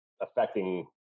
affecting